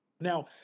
Now